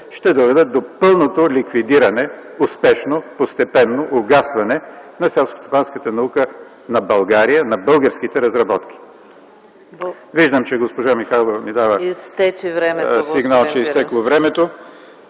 ще доведат до пълното ликвидиране, до успешно, постепенно угасване на селскостопанската наука на България, на българските разработки. Виждам, че госпожа Михайлова ми дава сигнал, че времето